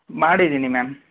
ಮಾಡಿದ್ದೀನಿ ಮ್ಯಾಮ್